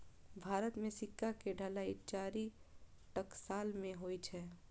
भारत मे सिक्का के ढलाइ चारि टकसाल मे होइ छै